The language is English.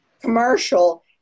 commercial